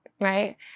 right